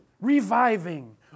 reviving